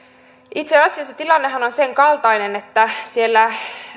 itse asiassa tilannehan on on sen kaltainen että siellä